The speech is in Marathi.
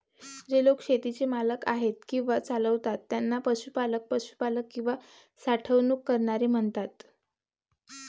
जे लोक शेतीचे मालक आहेत किंवा चालवतात त्यांना पशुपालक, पशुपालक किंवा साठवणूक करणारे म्हणतात